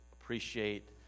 appreciate